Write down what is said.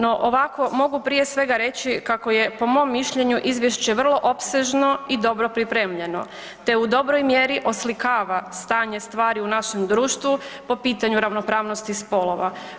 No ovako mogu prije svega reći kako je po mom mišljenju izvješće vrlo opsežno i dobro pripremljeno, te u dobroj mjeri oslikava stanje stvari u našem društvu po pitanju ravnopravnosti spolova.